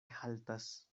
haltas